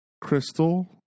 Crystal